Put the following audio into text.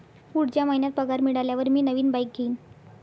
पुढच्या महिन्यात पगार मिळाल्यावर मी नवीन बाईक घेईन